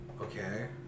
okay